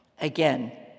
again